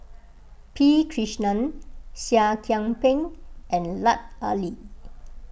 P Krishnan Seah Kian Peng and Lut Ali